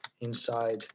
Inside